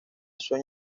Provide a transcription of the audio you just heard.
sueño